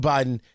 Biden